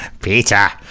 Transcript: Peter